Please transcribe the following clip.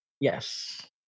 Yes